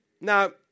Now